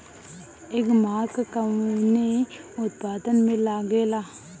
एगमार्क कवने उत्पाद मैं लगेला?